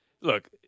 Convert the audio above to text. look